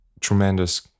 tremendous